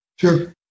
Sure